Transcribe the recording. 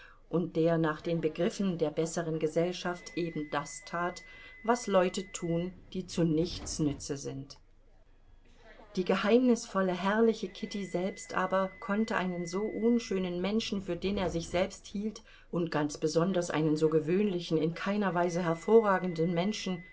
und der nach den begriffen der besseren gesellschaft eben das tat was leute tun die zu nichts nütze sind die geheimnisvolle herrliche kitty selbst aber konnte einen so unschönen menschen für den er sich selbst hielt und ganz besonders einen so gewöhnlichen in keiner weise hervorragenden menschen